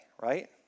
right